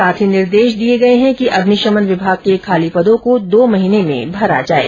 साथ ही निर्देश दिये गये है कि अग्निशमन विभाग के खाली पदों को दो महीने में भरा जाये